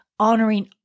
honoring